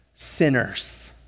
Sinners